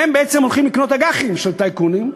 הן בעצם הולכות לקנות אג"חים של טייקונים.